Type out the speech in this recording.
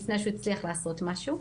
לפני שהוא הצליח לעשות משהו.